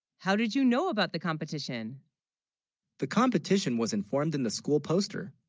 how, did you know, about the competition the competition, was informed in the school poster